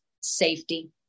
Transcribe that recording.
safety